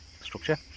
structure